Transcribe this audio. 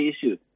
issue